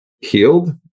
healed